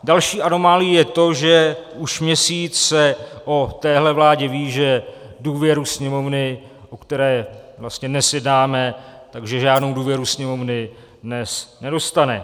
Další anomálií je to, že už měsíc se o téhle vládě ví, že důvěru Sněmovny, o které dnes jednáme, že žádnou důvěru Sněmovny dnes nedostane.